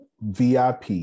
VIP